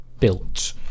built